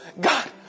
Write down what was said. God